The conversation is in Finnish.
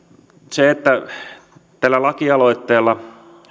tällä lakialoitteella